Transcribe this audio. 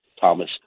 thomas